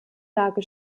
lage